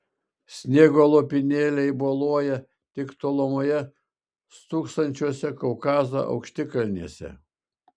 sniego lopinėliai boluoja tik tolumoje stūksančiose kaukazo aukštikalnėse